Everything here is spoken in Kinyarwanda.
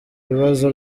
ibibazo